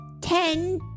ten